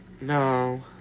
No